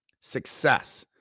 Success